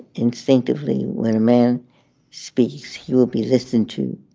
instinctively when a man speaks, he will be listened to.